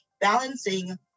balancing